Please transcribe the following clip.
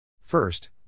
First